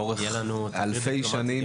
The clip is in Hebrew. לאורך אלפי שנים,